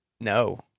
No